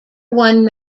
one